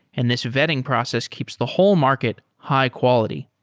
and this vetting process keeps the whole market high-quality.